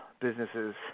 businesses